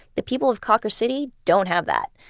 the people of cawker city don't have that.